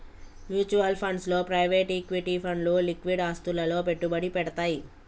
mutual funds లో private equity ఫండ్లు liquid ఆస్తులలో పెట్టుబడి పెడ్తయ్